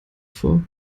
vor